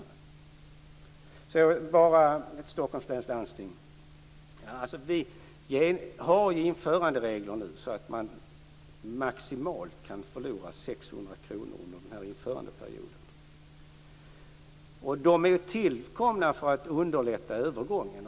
När det gäller Stockholms läns landsting vill jag påpeka att vi har införanderegler nu, så man kan förlora maximalt 600 kr under införandeperioden. Reglerna är tillkomna för att underlätta övergången.